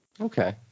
Okay